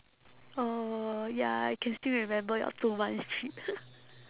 oh ya I can still remember your two months trip